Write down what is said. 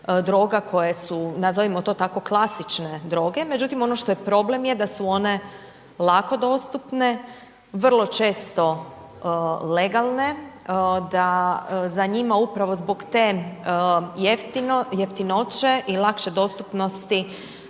droga koje su, nazovimo to tako, klasične droge, međutim, ono što je problem je da su one lako dostupne, vrlo često legalne, da za njima upravo zbog te jeftinoće i lakše dostupnosti